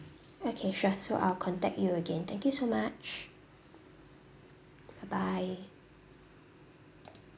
okay sure so I'll contact you again thank you so much bye bye